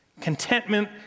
Contentment